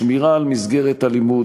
שמירה על מסגרת הלימוד,